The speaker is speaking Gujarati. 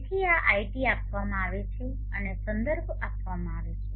તેથી આ iT આપવામાં આવે છે અને સંદર્ભ આપવામાં આવે છે